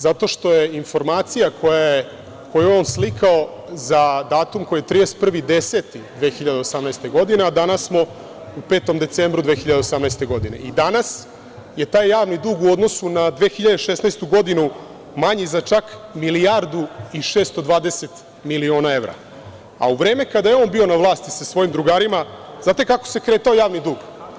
Zato što je informacija koju je on slikao za datum 31.10.2018. godine, a danas smo u 5. decembru 2018. godine i danas je taj javni dug u odnosu na 2016. godinu manji za čak milijardu i 620 miliona evra, a u vreme kada je on bio na vlasti sa svojim drugarima, znate kako se kretao javni dug?